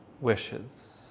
wishes